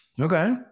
Okay